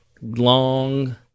long